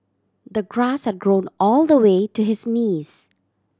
the grass had grown all the way to his knees